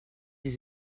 des